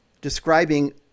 describing